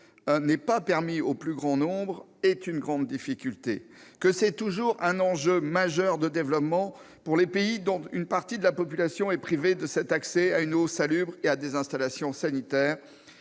n'est pas permis au plus grand nombre est très difficile, et qu'il s'agit toujours d'un enjeu majeur de développement pour les pays dont une partie de la population est privée d'un accès à une eau salubre et à des installations sanitaires.